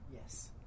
Yes